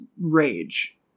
rage